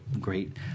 great